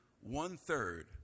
one-third